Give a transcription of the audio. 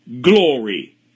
glory